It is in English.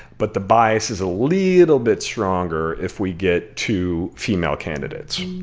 but the bias is a little bit stronger if we get two female candidates